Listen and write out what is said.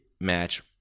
match